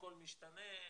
הכול משתנה,